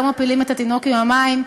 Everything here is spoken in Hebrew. לא מפילים את התינוק עם המים,